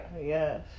Yes